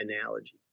analogy